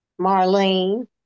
Marlene